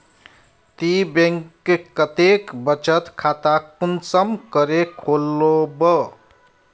ती बैंक कतेक बचत खाता कुंसम करे खोलबो?